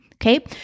Okay